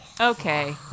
Okay